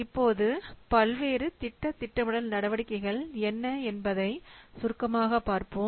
இப்போது பல்வேறு திட்ட திட்டமிடல் நடவடிக்கைகள் என்ன என்பதை சுருக்கமாக பார்ப்போம்